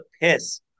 piss